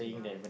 yeah